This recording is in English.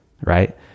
right